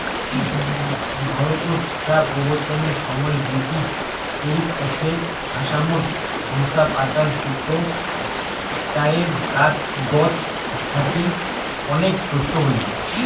ভারতত চা প্রবর্তনের সমাই ব্রিটিশ দেইখছে আসামত ঢোসা পাতা যুত চায়ের গছ থাকি অনেক শস্য হই